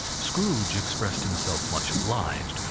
scrooge expressed himself much obliged,